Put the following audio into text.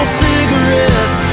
cigarette